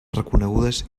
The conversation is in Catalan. reconegudes